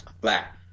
Black